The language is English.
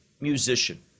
musician